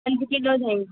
पंज किलो ॾही